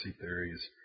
theories